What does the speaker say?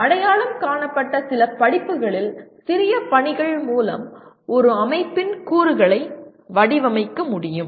அடையாளம் காணப்பட்ட சில படிப்புகளில் சிறிய பணிகள் மூலம் ஒரு அமைப்பின் கூறுகளை வடிவமைக்க முடியும்